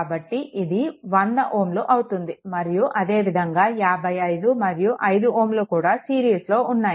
కాబట్టి ఇది 100Ω అవుతుంది మరియు అదేవిధంగా 55 మరియు 5 Ω కూడా సిరీస్లో ఉన్నాయి